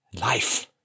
life